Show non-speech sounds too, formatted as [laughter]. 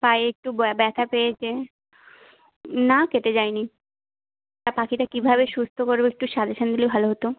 পায়ে একটু ব্যা ব্যথা পেয়েছে না কেটে যায়নি [unintelligible] পাখিটা কীভাবে সুস্থ করব একটু সাজেশন দিলে ভালো হতো